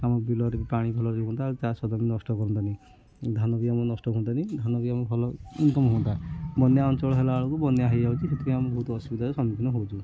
ଆମ ବିଲରେ ବି ପାଣି ଭଲରେ ରୁଅନ୍ତା ଆଉ ଚାଷ ଜମି ବି ନଷ୍ଟ ହୁଅନ୍ତାନି ଧାନ ବି ଆମ ନଷ୍ଟ ହୁଅନ୍ତାନି ଧାନ ବି ଆମେ ଭଲ ଇନକମ୍ ହୁଅନ୍ତା ବନ୍ୟା ଅଞ୍ଚଳ ହେଲା ବେଳକୁ ବନ୍ୟା ହୋଇଯାଉଛି ସେଥିପାଇଁ ଆମେ ବହୁତ ଅସୁବିଧାର ସମ୍ମୁଖୀନ ହେଉଛୁ